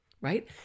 right